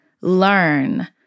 learn